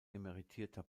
emeritierter